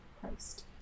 Christ